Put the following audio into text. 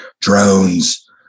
drones